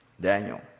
Daniel